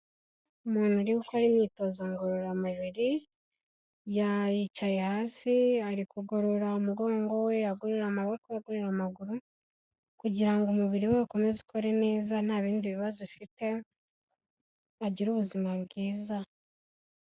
Umuntu uri gukora imyitozo ngororamubiri yicaye hasi ari kugorora umugongo we agorora amaboko agorora amaguru, kugira ngo umubiri we ukomeze ukore neza nta bindi bibazo ufite agire ubuzima bwiza.